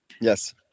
Yes